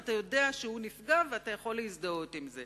אתה יודע שהוא נפגע ואתה יכול להזדהות עם זה.